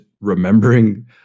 remembering